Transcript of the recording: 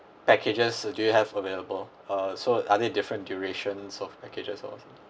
packages do you have available uh so are they different durations of packages or